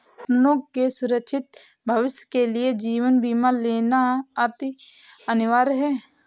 अपनों के सुरक्षित भविष्य के लिए जीवन बीमा लेना अति अनिवार्य है